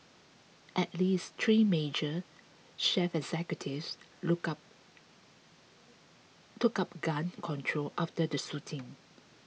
at least three major chief executives look up took up gun control after the shooting